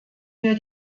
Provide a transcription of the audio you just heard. wir